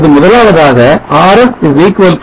இப்பொழுது முதலாவதாக RS 0